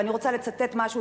ואני רוצה לצטט משהו,